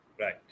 right